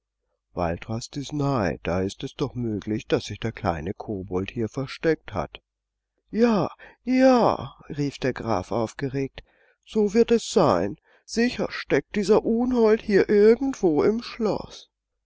waldrast ist nahe da ist es doch möglich daß sich der kleine kobold hier versteckt hat ja ja rief der graf aufgeregt so wird es sein sicher steckt dieser unhold hier irgendwo im schloß